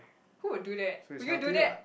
who would do that would you do that